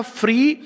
free